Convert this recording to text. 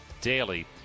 daily